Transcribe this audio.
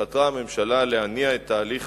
חתרה הממשלה להניע את תהליך